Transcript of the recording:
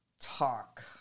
talk